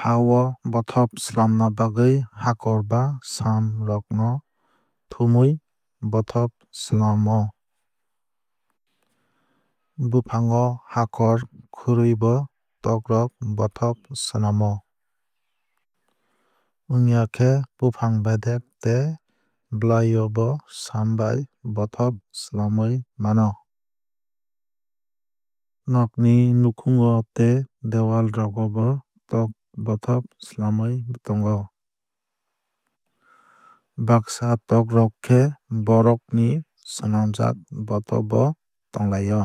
Ha o bothop swnamnai bagwui hakor ba sam rok thumui bothop swnam o. Bufang o hakor khurui bo tok rok bothop swnam o. Wngya khe bufang bedek tei blai o bo sam bai bothop swlamwui mano. Nog ni nukhung o tei dewal rogo bo tok rok bothop swlamwui tongo. Baksa tok rok khe borok ni swnamjak bothop bo tonglai o.